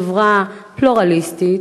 חברה פלורליסטית,